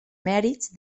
mèrits